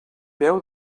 veu